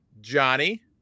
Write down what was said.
Johnny